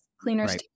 Cleaners